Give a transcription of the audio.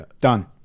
Done